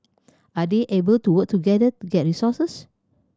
are they able to work together to get resources